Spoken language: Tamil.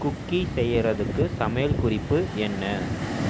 குக்கீ செய்யறதுக்கு சமையல் குறிப்பு என்ன